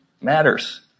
matters